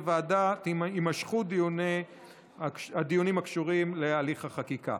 ועדה יימשכו הדיונים הקשורים להליך החקיקה.